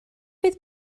fydd